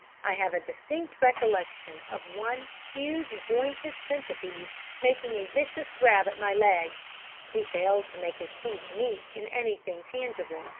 i have a distinct recollection of one huge-jointed centipede making a vicious grab at my leg he failed to make his teeth meet in anything tangible,